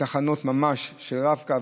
ובתחנות ממש של רב-קו,